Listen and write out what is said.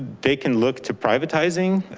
they can look to privatizing,